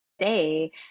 say